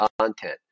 content